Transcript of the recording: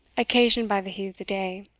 occasioned by the heat of the day,